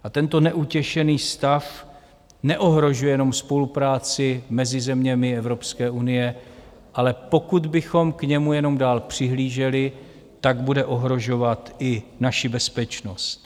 A tento neutěšený stav neohrožuje jenom spolupráci mezi zeměmi Evropské unie, ale pokud bychom k němu jenom dál přihlíželi, tak bude ohrožovat i naši bezpečnost.